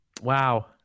Wow